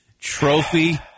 trophy